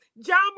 John